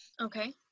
Okay